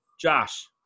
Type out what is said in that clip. Josh